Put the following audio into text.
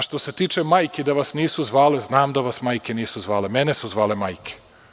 Što se tiče majki da vas nisu zvale, znam da vas majke nisu zvale, mene su zvale majke.